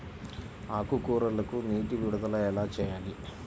ఆకుకూరలకు నీటి విడుదల ఎలా చేయాలి?